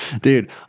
Dude